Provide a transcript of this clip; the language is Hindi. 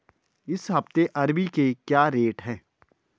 इस हफ्ते अरबी के क्या रेट हैं?